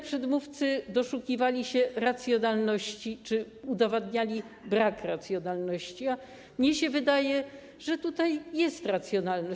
Przedmówcy doszukiwali się racjonalności czy udowadniali brak racjonalności, a mnie się wydaje, że tutaj jest racjonalność.